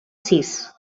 sis